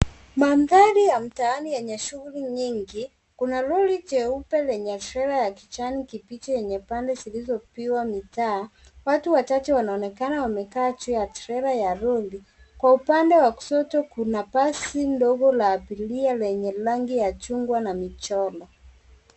Mandhari ya mtaani yenye shughuli nyingi. Kuna lori jeupe lenye shela ya kijani kibichi lenye pande zilizopiwa mitaa. Watu wachache wanaonekana wamekaa juu ya trela ya rundi. Kwa upande wa kushoto kuna basi ndogo la abiria lenye rangi ya chungwa na mchoro.